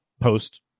post